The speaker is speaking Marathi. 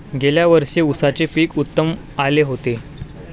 गेल्या वर्षी उसाचे पीक उत्तम आले होते